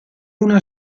una